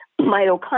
mitochondria